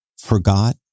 forgot